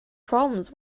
problems